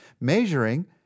Measuring